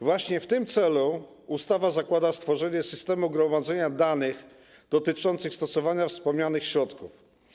Właśnie w tym celu ustawa zakłada stworzenie systemu gromadzenia danych dotyczących stosowania wspomnianych środków.